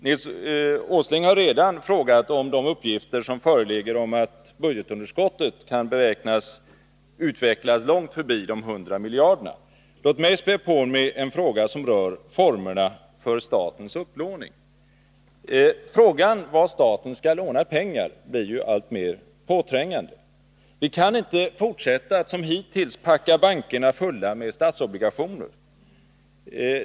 Nils Åsling har redan frågat om de uppgifter som föreligger om att budgetunderskottet kan beräknas utvecklas långt förbi de 100 miljarderna. Låt mig späda på med en fråga som gäller formerna för statens upplåning. Frågan var staten skall låna pengar blir ju alltmer påträngande. Vi kan inte fortsätta att som hittills packa bankerna fulla med statsobligationer.